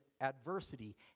adversity